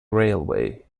railway